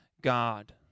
God